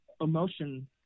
emotion